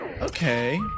Okay